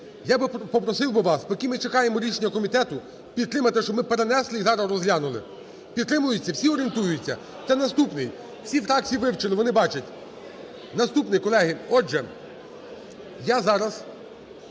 Я би попросив би вас, поки ми чекаємо рішення комітету, підтримати, щоб ми перенесли і зараз розглянули. Підтримується? Всі орієнтуються? Це наступний. Всі фракції вивчили, вони бачать. Наступний, колеги. Отже, я зараз